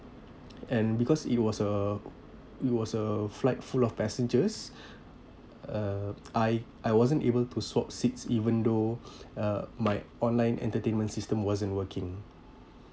and because it was a it was a flight full of passengers uh I I wasn't able to swap seats even though uh my online entertainment system wasn't working